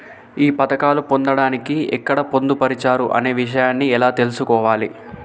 ఈ పథకాలు పొందడానికి ఎక్కడ పొందుపరిచారు అనే విషయాన్ని ఎలా తెలుసుకోవాలి?